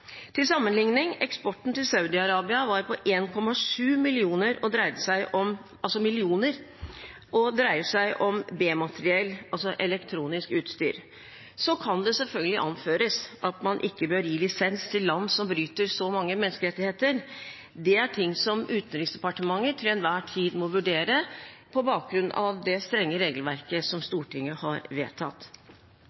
Til sammenligning: Eksporten til Saudi-Arabia var på 1,7 mill. kr og dreier seg om B-materiell, altså elektronisk utstyr. Så kan det selvfølgelig anføres at man ikke bør gi lisens til land som bryter så mange menneskerettigheter. Det er ting som Utenriksdepartementet til enhver tid må vurdere på bakgrunn av det strenge regelverket som Stortinget har vedtatt.